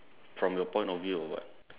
from your point of view or what